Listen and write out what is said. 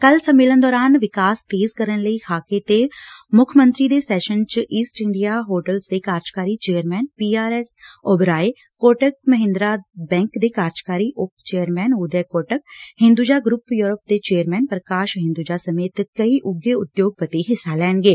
ਕੱਲ ਸੰਮੇਲਨ ਦੌਰਾਨ ਵਿਕਾਸ ਤੇਜ ਕਰਨ ਲਈ ਖਾਕੇ ਤੇ ਮੁੱਖ ਮੰਤਰੀ ਦੇ ਸੈਸਨ ਚ ਈਸਟ ਇੰਡੀਆ ਹੋਟਲਜ ਦੇ ਕਾਰਜਕਾਰੀ chairman P R S Oberoi Kotak Mahindra bank ਦੇ ਕਾਰਜਕਾਰੀ ਉਪ chairman Uday Kotak Hinduja group Europe ਦੇ ਚੇਅਰਮੈਨ ਪ੍ਰਕਾਸ਼ ਹਿੰਦੁਜਾ ਸਮੇਤ ਕਈ ਉੱਘੇ ਉਦਯੋਗਪਤੀ ਹਿੱਸਾ ਲੈਣਗੇ